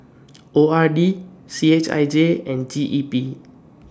O R D C H I J and G E P